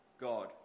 God